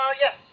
Yes